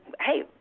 hey